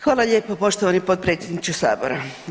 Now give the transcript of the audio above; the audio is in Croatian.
Hvala lijepo poštovani potpredsjedniče sabora.